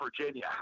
Virginia